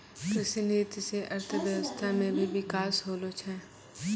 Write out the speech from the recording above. कृषि नीति से अर्थव्यबस्था मे भी बिकास होलो छै